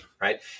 right